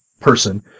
person